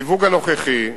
הסיווג הנוכחי,